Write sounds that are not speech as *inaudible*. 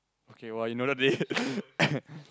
okay !wah! you know the date *laughs* *coughs*